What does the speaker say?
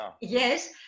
Yes